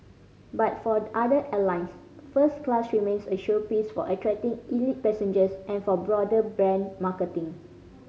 but for other airlines first class remains a showpiece for attracting elite passengers and for broader brand marketing